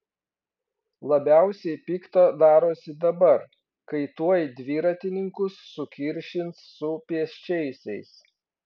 labiausiai pikta darosi dabar kai tuoj dviratininkus sukiršins su pėsčiaisiais